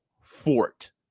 fort